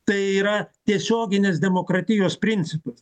tai yra tiesioginės demokratijos principas